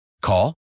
Call